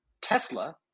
Tesla